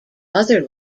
other